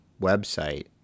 website